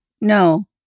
No